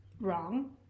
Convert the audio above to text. wrong